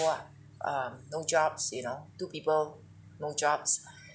ah um no jobs you know two people no jobs